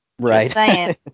Right